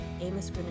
Amos